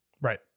Right